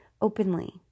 openly